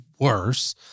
worse